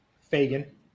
Fagan